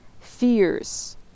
Fears